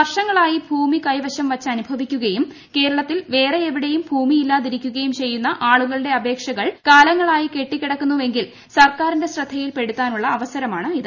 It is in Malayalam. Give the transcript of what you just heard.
വർഷങ്ങളായി ഭൂമി കൈവശം വച്ചനുഭവിക്കുകയും കേരളത്തിൽ വേറെ എവിടേയും ഭൂമിയില്ലാതിരിക്കുകയും ചെയ്യുന്ന ആളുകളുടെ അപേക്ഷകൾ കാലങ്ങളായി കെട്ടിക്കിടക്കുന്നുവെങ്കിൽ സർക്കാരിന്റെ ശ്രദ്ധയിൽ പെടുത്താനുള്ള അവസരമാണിത്